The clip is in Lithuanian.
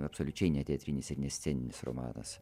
absoliučiai ne teatrinis ir ne sceninis romanas